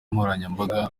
nkoranyambaga